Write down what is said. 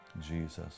Jesus